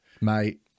Mate